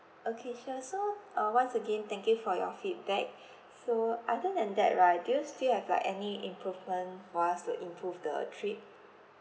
okay sure so uh once again thank you for your feedback so other than that right do you still have like any improvement for us to improve the trip